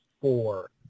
four